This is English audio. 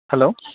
hello